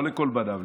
לא לכל בניו,